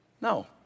No